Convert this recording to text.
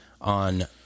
on